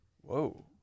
Whoa